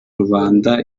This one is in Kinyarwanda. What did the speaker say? rubanda